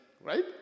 right